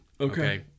Okay